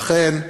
לכן,